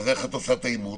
אז איך את עושה את האימות?